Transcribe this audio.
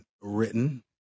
written